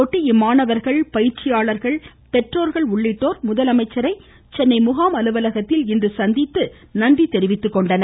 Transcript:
ஒட்டி இம்மாணவர்கள் பயிற்சியாளர்கள் பெற்றோர்கள் இதனை உள்ளிட்டோர் முதலமைச்சரை சென்னை முகாம் அலுவலகத்தில் இன்று சந்தித்து நன்றி தெரிவித்துக்கொண்டனர்